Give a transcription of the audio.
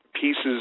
pieces